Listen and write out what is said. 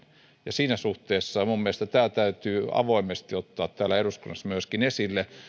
ja siinä suhteessa mielestäni myöskin tämä täytyy avoimesti ottaa täällä eduskunnassa esille